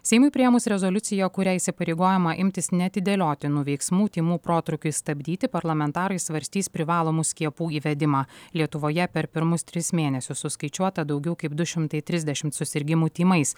seimui priėmus rezoliuciją kuria įsipareigojama imtis neatidėliotinų veiksmų tymų protrūkiui stabdyti parlamentarai svarstys privalomų skiepų įvedimą lietuvoje per pirmus tris mėnesius suskaičiuota daugiau kaip du šimtai trisdešimt susirgimų tymais